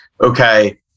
okay